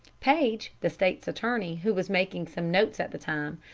paige, the state's attorney, who was making some notes at the time,